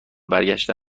برگشته